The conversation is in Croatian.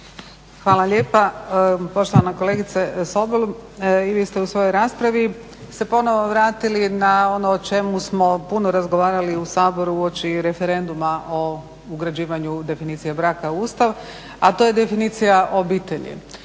Hvala lijepa. Poštovana kolegice Sobol, vi ste u svojoj raspravi se ponovo vratili na ono o čemu smo puno razgovarali u Saboru uoči referenduma o ugrađivanju definicije braka u Ustav, a to je definicija obitelji